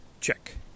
check